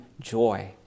joy